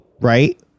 right